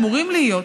אמורים להיות.